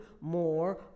more